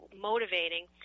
motivating